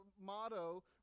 motto